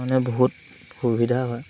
মানে বহুত সুবিধা হয়